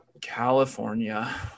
California